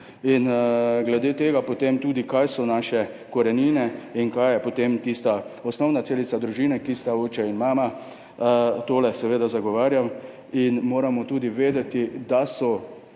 glede tega, kaj so naše korenine in kaj je potem tista osnovna celica družine, ki sta oče in mama, to seveda zagovarjam. Moramo tudi vedeti, da so